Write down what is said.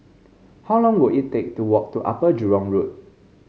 how long will it take to walk to Upper Jurong Road